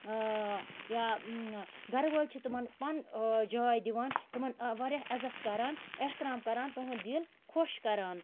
یا گَرٕ وٲلۍ چھِ تِمَن پَن جاے دِوان تِمَن آ واریاہ عزت کَران احترام کَران تٕہُںٛد دِل خۄش کَران